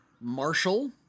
Marshall